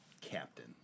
Captain